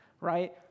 right